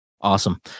Awesome